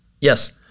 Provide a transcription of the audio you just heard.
Yes